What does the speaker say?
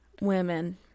women